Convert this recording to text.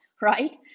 Right